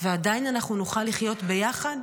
ועדיין אנחנו נוכל לחיות ביחד?